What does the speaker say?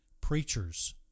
preachers